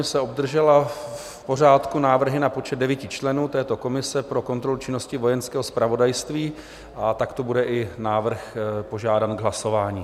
Volební komise obdržela v pořádku návrhy na počet 9 členů této komise pro kontrolu činnosti Vojenského zpravodajství a takto bude i návrh požádán k hlasování.